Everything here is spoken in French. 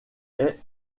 est